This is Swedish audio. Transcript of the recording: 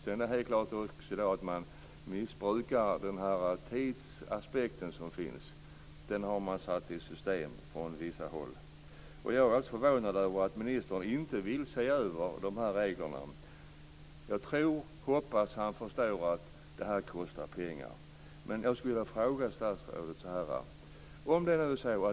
Det är också klart att man från vissa håll satt i system att tänja på tidsgränserna i dessa sammanhang. Jag är förvånad över att ministern inte vill se över dessa regler. Jag hoppas att han förstår att detta kostar pengar. Jag skulle vilja ställa en fråga till statsrådet.